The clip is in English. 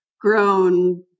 grown